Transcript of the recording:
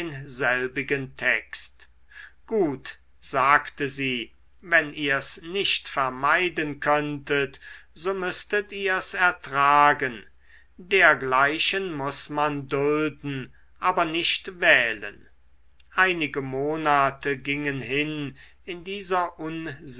denselbigen text gut sagte sie wenn ihr's nicht vermeiden könntet so müßtet ihr's ertragen dergleichen muß man dulden aber nicht wählen einige monate gingen hin in dieser